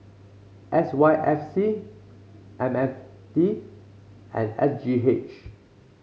S Y F C M N D and S G H